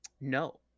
no